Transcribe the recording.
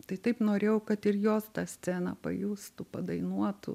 tai taip norėjau kad ir jos tą sceną pajustų padainuotų